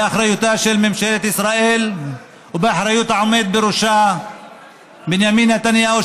היא באחריותה של ממשלת ישראל ובאחריות העומד בראשה בנימין נתניהו,